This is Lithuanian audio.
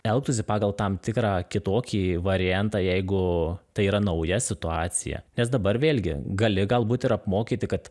elgtųsi pagal tam tikrą kitokį variantą jeigu tai yra nauja situacija nes dabar vėlgi gali galbūt ir apmokyti kad